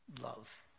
Love